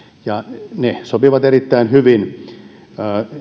ja ne sopivat erittäin hyvin